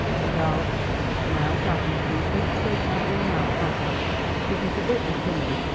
and i'll now, daddy, please don't straighten out your mouth like that it isn't a bit becoming.